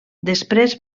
després